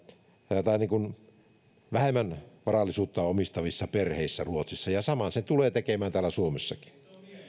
vähemmän varallisuutta omistavissa perheissä ruotsissa ja saman se tulee tekemään täällä suomessakin